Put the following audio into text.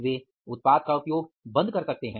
वे उत्पाद का उपयोग बंद कर सकते हैं